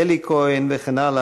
אלי כהן וכן הלאה,